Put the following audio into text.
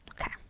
Okay